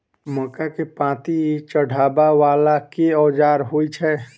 मक्का केँ पांति चढ़ाबा वला केँ औजार होइ छैय?